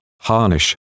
Harnish